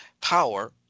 power